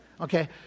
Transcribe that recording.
Okay